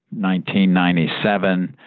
1997